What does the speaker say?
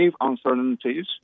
uncertainties